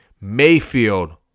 Mayfield